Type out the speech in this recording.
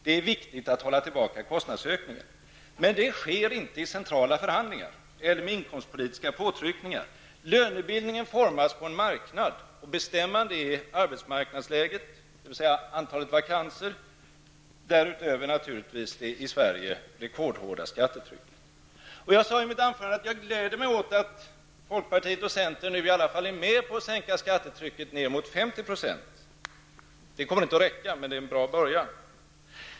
Det är viktigt att hålla tillbaka kostnadsökningarna, men det sker inte genom centrala förhandlingar eller genom inkomstpolitiska påtryckningar. Lönebildningen formas på en marknad, och bestämmande är arbetsmarknadsläget, dvs. antalet vakanser, och naturligtvis det i Sverige rekordhårda skattetrycket. Jag sade i mitt anförande att jag gläder mig åt att folkpartiet och centern nu i alla fall är med på att sänka skattetrycket ned mot 50 %-- det kommer inte att räcka, men det är en bra början.